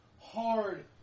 Hard